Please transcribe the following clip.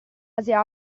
asia